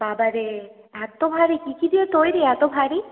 বাবা রে এত ভারী কী কী দিয়ে তৈরি এত ভারী